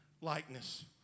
likeness